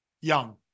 young